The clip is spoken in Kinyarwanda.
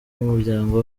n’umuryango